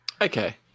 Okay